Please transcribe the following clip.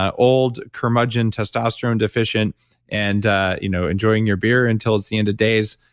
ah old curmudgeon testosterone deficient and ah you know enjoying your beer until it's the end of days.